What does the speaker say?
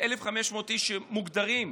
לא ביקשתי.